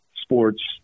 sports